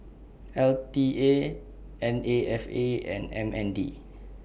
L T A N A F A and M N D